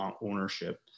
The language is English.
ownership